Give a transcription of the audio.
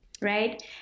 Right